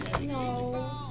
No